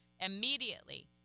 immediately